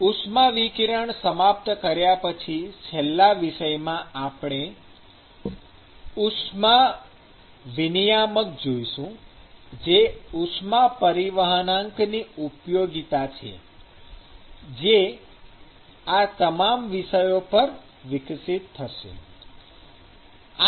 ઉષ્માવિકિરણ સમાપ્ત કર્યા પછી છેલ્લા વિષયમાં આપણે ઉષ્મા વિનિયામક જોઈશું જે ઉષ્મા પરિવહનાંકની ઉપયોગિતા છે જે આ તમામ વિષયો પર વિકસિત થશે